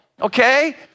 okay